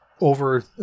over